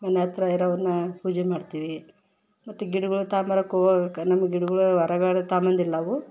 ಮನೆ ಹತ್ರ ಇರೋರನ್ನ ಪೂಜೆ ಮಾಡ್ತೀವಿ ಮತ್ತು ಗಿಡಗಳ್ ತಗೊಂಬರಾಕ್ ಹೋಗ್ಬಕ ನಮ್ಗೆ ಗಿಡಗಳು ಹೊರಗಡೆ ತಾಂಬಂದಿಲ್ಲ ನಾವು